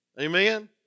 Amen